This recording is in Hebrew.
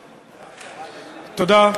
תודה.